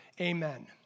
amen